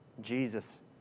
Jesus